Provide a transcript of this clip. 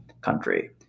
country